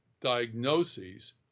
diagnoses